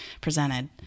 presented